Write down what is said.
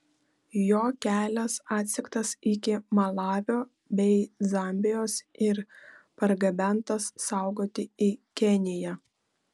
jo kelias atsektas iki malavio bei zambijos ir pargabentas saugoti į keniją